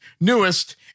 newest